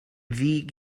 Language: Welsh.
ddig